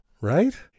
right